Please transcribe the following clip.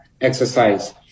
exercise